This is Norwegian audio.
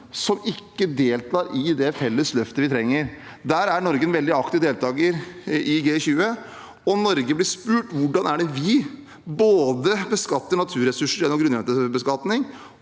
som ikke deltar i det felles løftet vi trenger. Der er Norge en veldig aktiv deltaker, i G20. Norge blir spurt både om hvordan vi beskatter naturressurser gjennom grunnrentebeskatning,